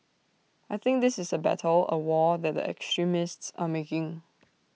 I think this is A battle A war that the extremists are making